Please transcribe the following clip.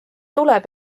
tuleb